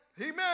amen